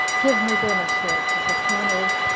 give me then assurances upon oath,